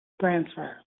transfer